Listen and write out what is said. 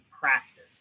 practice